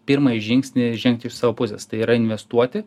pirmąjį žingsnį žengti iš savo pusės tai yra investuoti